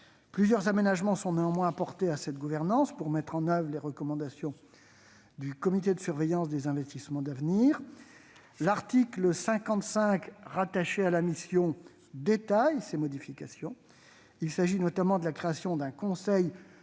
Plusieurs aménagements sont néanmoins apportés à cette gouvernance, pour mettre en oeuvre les recommandations du comité de surveillance des investissements d'avenir. L'article 55, rattaché à la mission, détaille ces modifications : il s'agit, notamment, de la création d'un conseil